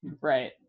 right